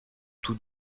tous